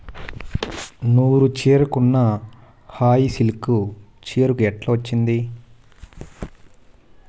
నూరు చీరకున్న హాయి సిల్కు చీరకు ఎట్టా వస్తాది